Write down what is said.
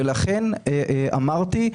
אמרתי,